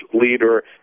leader